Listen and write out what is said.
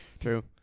true